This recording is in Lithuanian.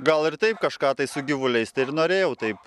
gal ir taip kažką tai su gyvuliais tai ir norėjau taip